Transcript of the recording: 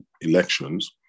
elections